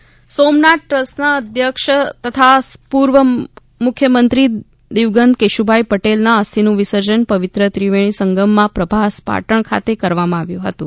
કેશુભાઈ અસ્થિ વિસર્જન સોમનાથ ટ્રસ્ટના અધ્યક્ષ તથા પૂર્વ મુખ્યમંત્રી દિવગંત કેશુભાઇ પટેલના અસ્થિનું વિસર્જન પવિત્ર ત્રીવેણી સંગમમાં પ્રભાસ પાટણ ખાતે કરવામાં આવ્યું હતું